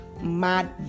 mad